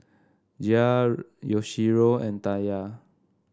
Jair Yoshio and Taya